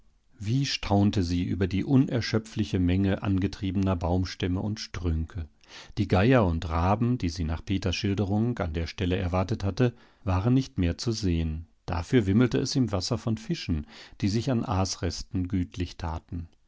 wie staunte sie über die unerschöpfliche menge angetriebener baumstämme und strünke die geier und raben die sie nach peters schilderung an der stelle erwartet hatte waren nicht mehr zu sehen dafür wimmelte es im wasser von fischen die sich an aasresten gütlich taten